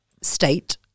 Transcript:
state